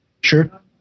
Sure